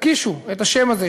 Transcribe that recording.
ותקישו את השם הזה,